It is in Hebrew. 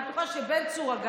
אני בטוחה שבן צור,